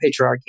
patriarchy